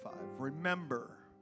Remember